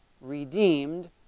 redeemed